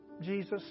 Jesus